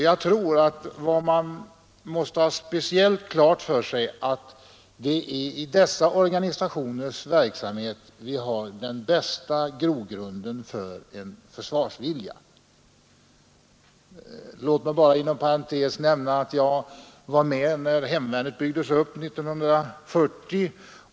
Jag tror att vad man måste ha speciellt klart för sig är att i dessa organisationers verksamhet ligger den bästa 23 grogrunden för en försvarsvilja. Låt mig bara inom parentes nämna att jag var med när hemvärnet byggdes upp 1940.